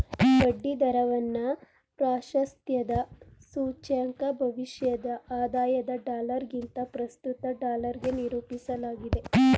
ಬಡ್ಡಿ ದರವನ್ನ ಪ್ರಾಶಸ್ತ್ಯದ ಸೂಚ್ಯಂಕ ಭವಿಷ್ಯದ ಆದಾಯದ ಡಾಲರ್ಗಿಂತ ಪ್ರಸ್ತುತ ಡಾಲರ್ಗೆ ನಿರೂಪಿಸಲಾಗಿದೆ